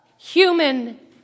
Human